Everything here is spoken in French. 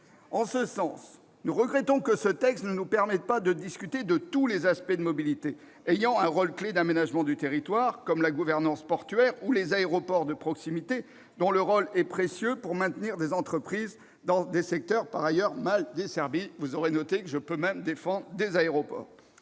En ce sens, nous regrettons que ce texte ne nous permette pas de discuter de tous les aspects de mobilité ayant un rôle clé d'aménagement du territoire, comme la gouvernance portuaire ou les aéroports de proximité, dont le rôle est précieux pour maintenir des entreprises dans des secteurs par ailleurs mal desservis- vous aurez noté que je peux même défendre des aéroports